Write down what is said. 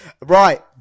right